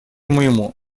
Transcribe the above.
моему